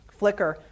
Flickr